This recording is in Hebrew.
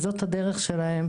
וזו הדרך שלהן.